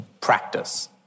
practice